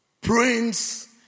Prince